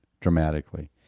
dramatically